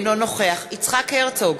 אינו נוכח יצחק הרצוג,